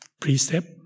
precept